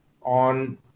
on